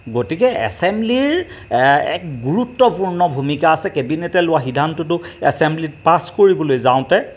গতিকে এছেম্ব্লিৰ এক গুৰুত্বপূৰ্ণ ভূমিকা আছে কেবিনেটে লোৱা সিদ্ধান্তটো এছেম্ব্লিত পাছ কৰিবলৈ যাওঁতে